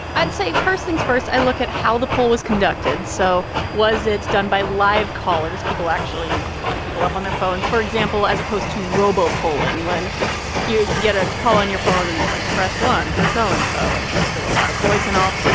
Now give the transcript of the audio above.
i'd say, first things first, i look at how the poll was conducted. so was it done by live callers, people actually calling people up on their phones, for example, as opposed to robo-polling, when you get a call on your phone and it's like, press one for so-and-so, so and so and you get the robotic voice and all?